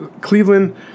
Cleveland